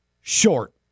short